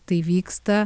tai vyksta